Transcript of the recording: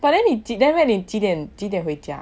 but then 你 then after that 你几点几点回家